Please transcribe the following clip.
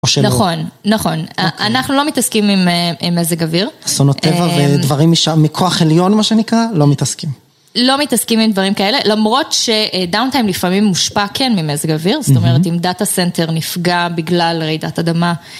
נכון, נכון. אנחנו לא מתעסקים עם עם מזג אוויר. אסונות טבע ודברים משם, מכוח עליון מה שנקרא, לא מתעסקים. לא מתעסקים עם דברים כאלה, למרות שדאונטיים לפעמים מושפע כן ממזג אוויר, זאת אומרת, אם דאטה סנטר נפגע בגלל רעידת אדמה.